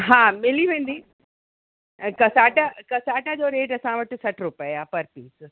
हा मिली वेंदी ऐं कसाटा कसाटा जो रेट असां वटि सठि रुपए आहे पर पीस